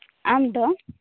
ᱟᱢ ᱫᱚ